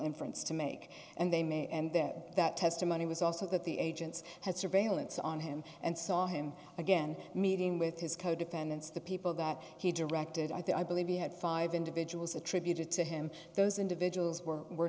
inference to make and they may and that testimony was also that the agents had surveillance on him and saw him again meeting with his co defendants the people that he directed i believe he had five individuals attributed to him those individuals were were